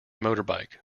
motorbike